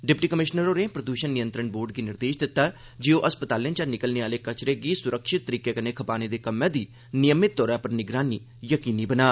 deputy commissioner होरें प्रदूषण नियंत्रण बोर्ड गी निर्देश दित्ता जे ओह् अस्पतालें चा निकलने आह्ले कचरे गी सुरक्षित तरीके कन्नै खपाने दे कम्मै दी नियमित तौर पर निगरानी यकीनी बनान